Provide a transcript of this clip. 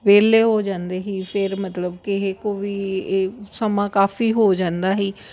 ਵੇਹਲੇ ਹੋ ਜਾਂਦੇ ਹੀ ਫਿਰ ਮਤਲਬ ਕਿ ਇਹ ਕੋ ਵੀ ਇਹ ਸਮਾਂ ਕਾਫੀ ਹੋ ਜਾਂਦਾ ਸੀ